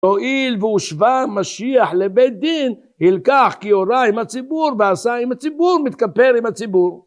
הואיל והושווה משיח לבית דין, יילקח כי אורה עם הציבור, ועשה עם הציבור, מתכפר עם הציבור.